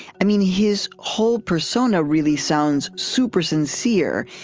i mean, his whole persona really sounds super sincere.